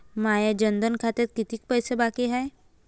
माया जनधन खात्यात कितीक पैसे बाकी हाय?